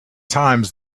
times